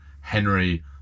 Henry